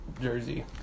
jersey